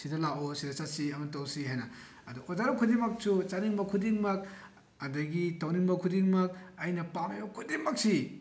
ꯁꯤꯗ ꯂꯥꯛꯑꯣ ꯁꯤꯗ ꯆꯠꯁꯤ ꯑꯃ ꯇꯧꯁꯤ ꯍꯥꯏꯅ ꯑꯗꯣ ꯑꯣꯗꯔ ꯈꯨꯗꯤꯡꯃꯛꯁꯨ ꯆꯥꯅꯤꯡꯕ ꯈꯨꯗꯤꯡꯃꯛ ꯑꯗꯒꯤ ꯇꯧꯅꯤꯡꯕ ꯈꯨꯗꯤꯡꯃꯛ ꯑꯩꯅ ꯄꯥꯝꯃꯤꯕ ꯈꯨꯗꯤꯡꯃꯛꯁꯤ